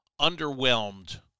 underwhelmed